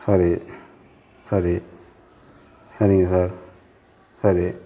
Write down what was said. சரி சரி சரிங்க சார் சரி